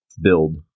build